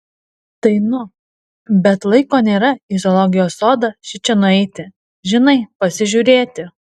tai nu bet laiko nėra į zoologijos sodą šičia nueiti žinai pasižiūrėti